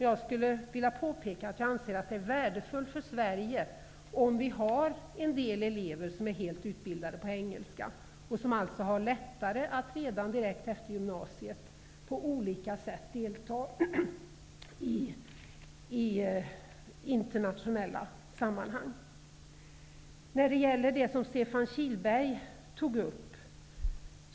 Jag anser att det är värdefullt för Sverige om det finns elever som är helt utbildade på engelska och som alltså har lättare att redan direkt efter gymnasiet att på olika sätt delta i internationella sammanhang. Vidare har vi de frågor som Stefan Kihlberg tog upp.